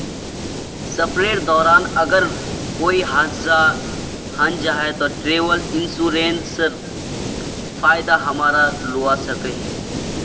सफरेर दौरान अगर कोए हादसा हन जाहा ते ट्रेवल इन्सुरेंसर फायदा हमरा लुआ सकोही